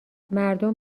مردم